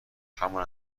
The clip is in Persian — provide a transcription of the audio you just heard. همان